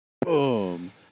boom